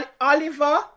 Oliver